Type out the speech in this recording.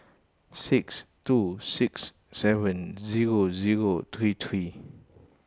six two six seven zero zero three three